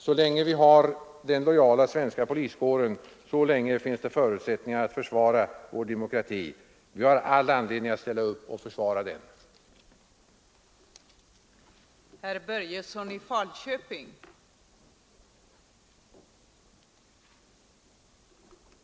Så länge vi har den lojala svenska poliskåren, så länge finns det förutsättningar att försvara vår demokrati. Vi har all anledning att ställa upp och försvara den kåren.